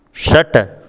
षट्